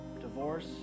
divorce